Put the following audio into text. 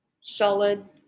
solid